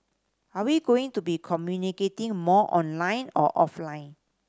are we going to be communicating more online or offline